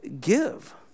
give